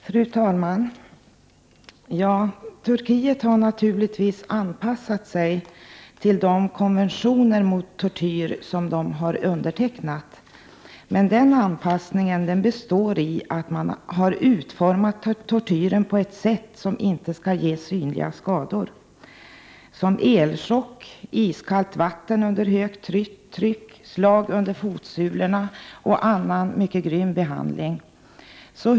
Fru talman! Turkiet har naturligtvis anpassat sig till de konventioner mot tortyr som landet har undertecknat. Men den anpassningen består i att man har utformat tortyren på ett sätt som inte skall ge synliga skador, t.ex. elchock, iskallt vatten under högt tryck, slag under fotsulorna och annan mycket grym behandling.